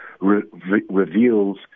reveals